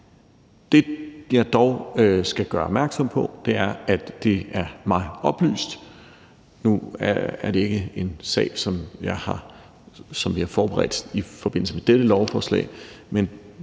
Det, jeg dog skal gøre opmærksom på, er, at det er mig oplyst – nu er det ikke en sag, som vi har forberedt i forbindelse med dette lovforslag –